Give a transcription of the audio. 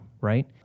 right